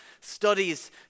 studies